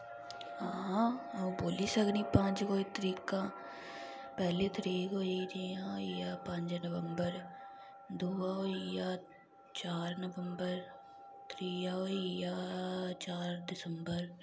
हां आऊं बोल्ली सकनी पंज कोई तरीकां पैह्ली तरीक होई जि'यां होइया पंज नवम्बर दूआ होइया चार नवम्बर त्रीआ होइया चार दिसम्बर